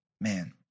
Man